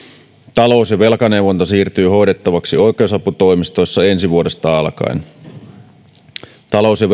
talous ja velkaneuvonta siirtyy oikeusaputoimistoissa hoidettavaksi ensi vuodesta alkaen talous ja